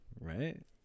right